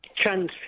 transfer